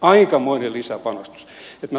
aikamoinen lisäpanostus